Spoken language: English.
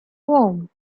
warm